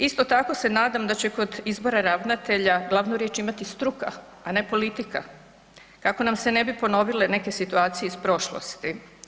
Isto tako se nadam da će kod izbora ravnatelja glavnu riječ imati struka, a ne politika, kako nam se ne bi ponovile neke situacije iz prošlosti.